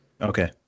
Okay